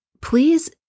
Please